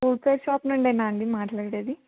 wholesale shop నుండేనా అండి మాట్లాడేది